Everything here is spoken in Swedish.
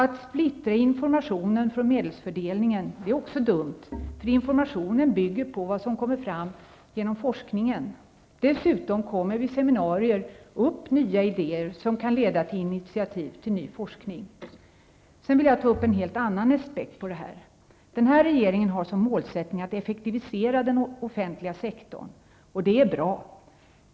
Att splittra informationen från medelsfördelningen är också dumt, eftersom informationen bygger på vad som kommer fram i forskningen. Dessutom kommer ofta nya idéer upp vid seminarier, som kan leda till initiativ till ny forskning. Sedan vill jag ta upp en helt annan aspekt på detta. Den här regeringen har som målsättning att effektivisera den offentliga sektorn. Det är bra.